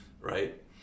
right